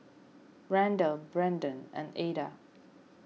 Randle Branden and Ada